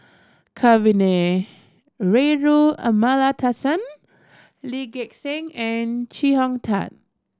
Kavignareru Amallathasan Lee Gek Seng and Chee Hong Tat